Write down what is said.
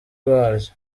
waryo